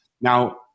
Now